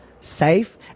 safe